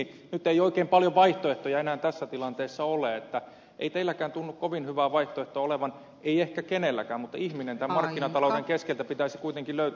nyt ei oikein paljon vaihtoehtoja enää tässä tilanteessa ole ei teilläkään tunnu kovin hyvää vaihtoehtoa olevan ei ehkä kenelläkään mutta ihminen tämän markkinatalouden keskeltä pitäisi kuitenkin löytää